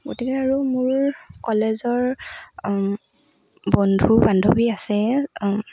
গতিকে আৰু মোৰ কলেজৰ বন্ধু বান্ধৱী আছে